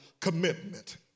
commitment